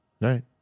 Right